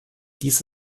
dies